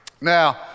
Now